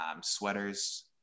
sweaters